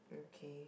okay